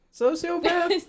sociopath